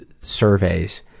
surveys